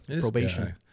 Probation